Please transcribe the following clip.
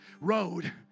road